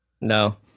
No